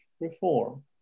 reform